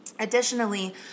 Additionally